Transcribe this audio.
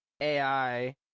AI